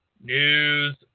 News